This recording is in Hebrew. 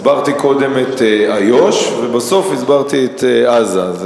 הסברתי קודם את איו"ש, ובסוף הסברתי את עזה.